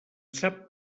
sap